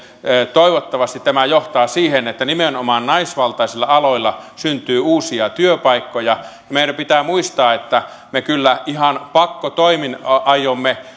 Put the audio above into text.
toivottavasti tämä johtaa siihen että nimenomaan naisvaltaisilla aloilla syntyy uusia työpaikkoja meidän pitää muistaa että me kyllä ihan pakkotoimin aiomme